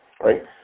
right